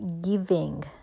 Giving